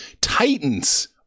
Titans